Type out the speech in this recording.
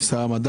שרת המדע